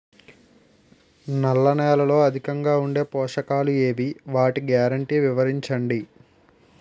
నల్ల నేలలో అధికంగా ఉండే పోషకాలు ఏవి? వాటి గ్యారంటీ వివరించండి?